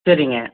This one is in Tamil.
சரிங்க